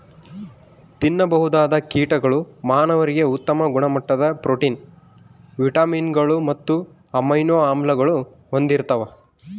ತಿನ್ನಬಹುದಾದ ಕೀಟಗಳು ಮಾನವರಿಗೆ ಉತ್ತಮ ಗುಣಮಟ್ಟದ ಪ್ರೋಟೀನ್, ವಿಟಮಿನ್ಗಳು ಮತ್ತು ಅಮೈನೋ ಆಮ್ಲಗಳನ್ನು ಹೊಂದಿರ್ತವ